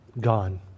gone